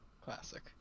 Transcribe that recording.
Classic